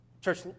Church